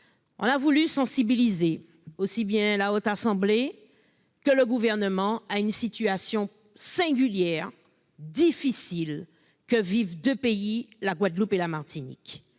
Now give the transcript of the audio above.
avons voulu sensibiliser aussi bien la Haute Assemblée que le Gouvernement sur la situation singulière et difficile de deux pays, la Guadeloupe et la Martinique,